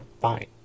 Fine